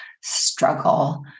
struggle